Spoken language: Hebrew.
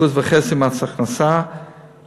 1.5% מס הכנסה,